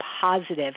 positive